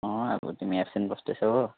अँ अब तिमी एब्सेन्ट बस्दैछौ हो